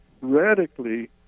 radically